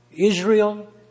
Israel